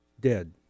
dead